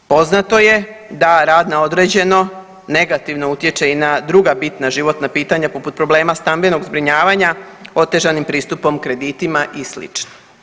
Poznato je da rad na određeno negativno utječe i na druga bitna životna pitanja poput problema stambenog zbrinjavanja otežanim pristupom, kreditima i slično.